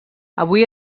avui